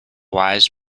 wise